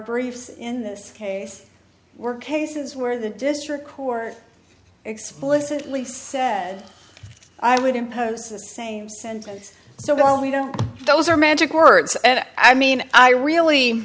briefs in this case were cases where the district court explicitly said i would impose the same sentence so we don't those are magic words and i mean i really